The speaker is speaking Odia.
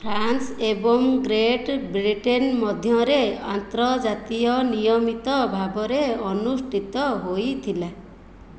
ଫ୍ରାନ୍ସ ଏବଂ ଗ୍ରେଟ୍ ବ୍ରିଟେନ୍ ମଧ୍ୟରେ ଆନ୍ତର୍ଜାତୀୟ ନିୟମିତ ଭାବରେ ଅନୁଷ୍ଠିତ ହୋଇଥିଲା